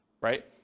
right